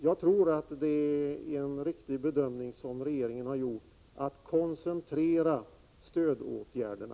Jag tror att det är en riktig bedömning som regeringen har gjort, att koncentrera stödåtgärderna.